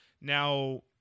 Now